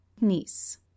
Niece